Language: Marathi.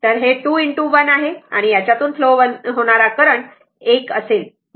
तर हे 2✕ 1 आहे कारण याच्यातून फ्लो होणारा करंट is1 असेल बरोबर